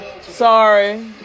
Sorry